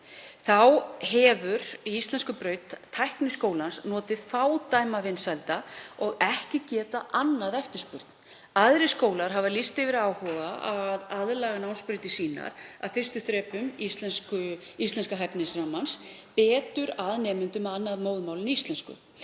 Þá hefur íslenskubraut Tækniskólans notið fádæma vinsælda og ekki getað annað eftirspurn. Aðrir skólar hafa lýst yfir áhuga á að laga námsbrautir sínar að fyrstu þrepum íslenska hæfnisrammans betur að nemendum með annað móðurmál en íslensku.